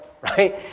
right